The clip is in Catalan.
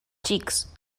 xics